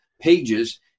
pages